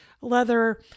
leather